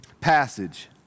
passage